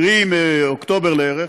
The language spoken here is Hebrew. קרי מאוקטובר לערך,